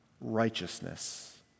righteousness